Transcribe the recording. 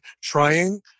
trying